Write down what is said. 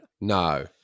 no